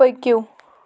پٔکِو